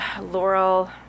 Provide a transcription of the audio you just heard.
Laurel